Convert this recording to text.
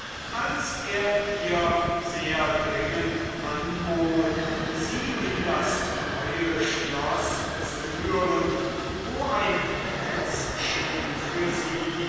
als er ihr sehr dringend anbot sie in das neue schloß zu führen wo ein plätzchen für sie